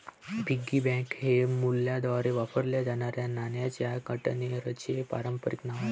piggy bank हे मुलांद्वारे वापरल्या जाणाऱ्या नाण्यांच्या कंटेनरचे पारंपारिक नाव आहे